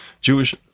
Jewish